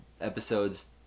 episodes